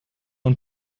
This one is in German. und